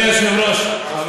נוסף על